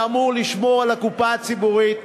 שאמור לשמור על הקופה הציבורית,